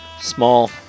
small